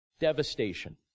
Devastation